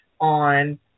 on